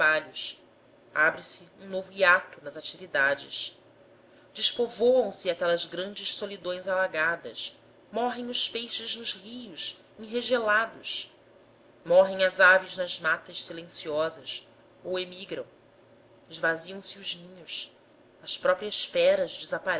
trabalhos abre-se um novo hiato nas atividades despovoam se aquelas grandes solidões alagadas morrem os peixes nos rios enregelados morrem as aves nas matas silenciosas ou emigram esvaziam se os ninhos as próprias feras